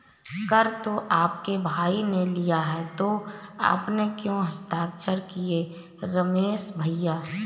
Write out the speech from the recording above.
कर तो आपके भाई ने लिया है तो आपने क्यों हस्ताक्षर किए रमेश भैया?